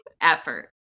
effort